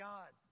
God